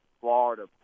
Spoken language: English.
Florida